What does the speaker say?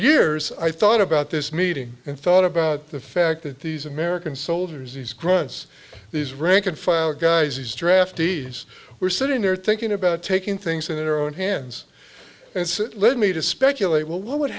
years i thought about this meeting and thought about the fact that these american soldiers these grunts these rank and file guys these draftees were sitting there thinking about taking things into their own hands and led me to speculate well what would